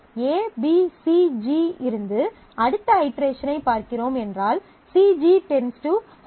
ABCG இருந்து அடுத்த ஐட்ரெஷனைப் பார்க்கிறோம் என்றால் CG → H